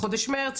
בחודש מרץ,